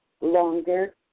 longer